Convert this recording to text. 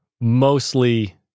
mostly